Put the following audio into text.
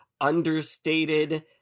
understated